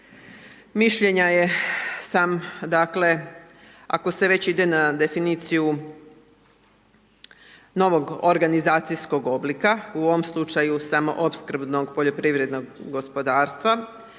mišljenja sam, dakle, ako se već ide na definiciju novog organizacijskog oblika, u ovom slučaju samo opskrbnog poljoprivrednog gospodarstva,